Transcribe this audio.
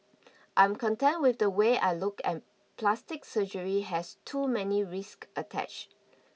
I'm content with the way I look and plastic surgery has too many risks attached